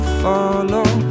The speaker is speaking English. follow